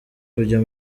kujya